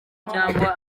cyangwa